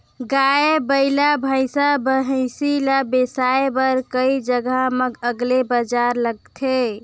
गाय, बइला, भइसा, भइसी ल बिसाए बर कइ जघा म अलगे बजार लगथे